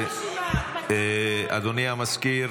זו לא הרשימה, מתן כהנא.